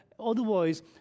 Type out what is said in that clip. otherwise